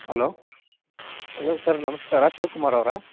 hello hello sir ನಮಸ್ಕಾರ ಶಿವ್ಕುಮಾರ್ ಅವರಾ